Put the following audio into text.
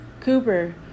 Cooper